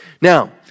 Now